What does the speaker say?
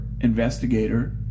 investigator